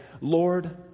Lord